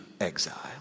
exile